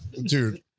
Dude